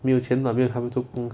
没有钱 [what] 没有他们做工